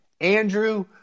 Andrew –